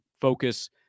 focus –